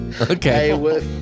Okay